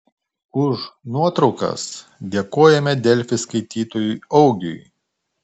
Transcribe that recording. už nuotraukas dėkojame delfi skaitytojui augiui